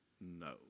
no